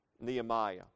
Nehemiah